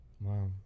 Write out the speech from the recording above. Wow